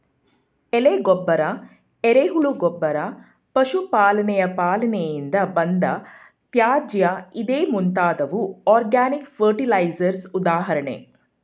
ಎಲೆ ಗೊಬ್ಬರ, ಎರೆಹುಳು ಗೊಬ್ಬರ, ಪಶು ಪಾಲನೆಯ ಪಾಲನೆಯಿಂದ ಬಂದ ತ್ಯಾಜ್ಯ ಇದೇ ಮುಂತಾದವು ಆರ್ಗ್ಯಾನಿಕ್ ಫರ್ಟಿಲೈಸರ್ಸ್ ಉದಾಹರಣೆ